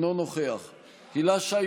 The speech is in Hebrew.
אלה השמות של 13 אזרחים שהפגינו בגליל ובמשולש,